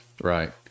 Right